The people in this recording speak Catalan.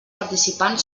participant